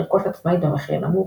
לרכוש עצמאית במחיר נמוך,